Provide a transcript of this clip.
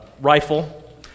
rifle